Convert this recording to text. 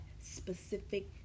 specific